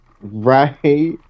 Right